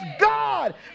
God